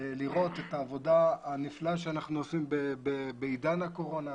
לראות את העבודה הנפלאה שאנחנו עושים בעידן הקורונה,